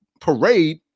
parade